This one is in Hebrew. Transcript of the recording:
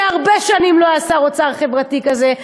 שהרבה שנים לא היה שר אוצר חברתי כזה.